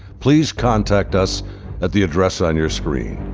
please contact us at the address on your screen.